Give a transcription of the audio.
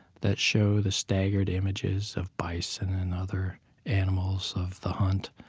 that show the staggered images of bison and other animals of the hunt,